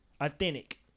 authentic